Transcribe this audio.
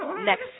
next